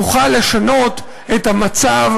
נוכל לשנות את המצב,